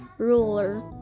ruler